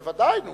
בוודאי.